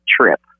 trip